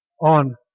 On